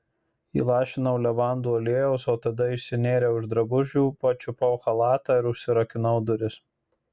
įlašinau levandų aliejaus o tada išsinėriau iš drabužių pačiupau chalatą ir užsirakinau duris